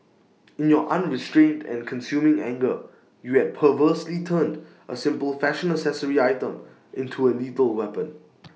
in your unrestrained and consuming anger you had perversely turned A simple fashion accessory item into A lethal weapon